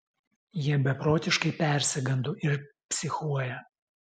jie beprotiškai persigando ir psichuoja